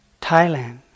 Thailand